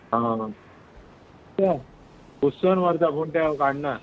आं छे कुसून मरता कोण तें काडना